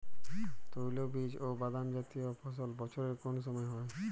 তৈলবীজ ও বাদামজাতীয় ফসল বছরের কোন সময় হয়?